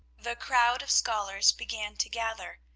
the crowd of scholars began to gather.